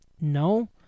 No